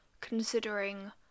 considering